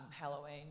Halloween